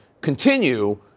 continue